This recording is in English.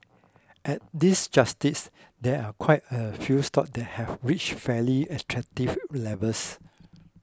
at this justice there are quite a few stocks that have reached fairly attractive levels